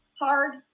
hard